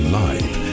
live